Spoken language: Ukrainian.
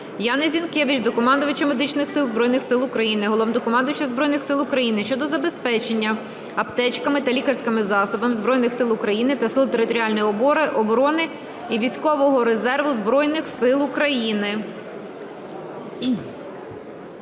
Яни Зінкевич до Командувача Медичних сил Збройних Сил України, Головнокомандувача Збройних сил України щодо забезпечення аптечками та лікарськими засобами Збройних Сил України та Сил територіальної оборони і військового резерву Збройних Сил України.